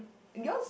yours